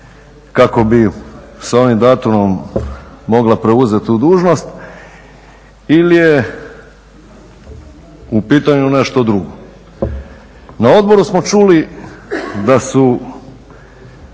kako bi sa ovim datumom mogla preuzeti tu dužnost ili je u pitanju nešto drugo. Na odboru smo čuli da su